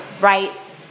right